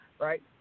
right